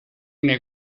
nei